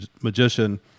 magician